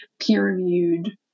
peer-reviewed